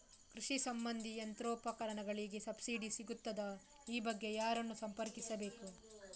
ಕೃಷಿ ಸಂಬಂಧಿ ಯಂತ್ರೋಪಕರಣಗಳಿಗೆ ಸಬ್ಸಿಡಿ ಸಿಗುತ್ತದಾ? ಈ ಬಗ್ಗೆ ಯಾರನ್ನು ಸಂಪರ್ಕಿಸಬೇಕು?